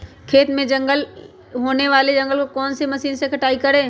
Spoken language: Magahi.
खेत में होने वाले जंगल को कौन से मशीन से कटाई करें?